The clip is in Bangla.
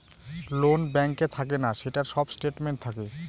লোন ব্যাঙ্কে থাকে না, সেটার সব স্টেটমেন্ট থাকে